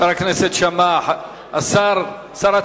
חבר הכנסת שאמה, שר התקשורת,